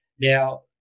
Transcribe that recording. Now